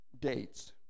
dates